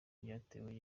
ryatewe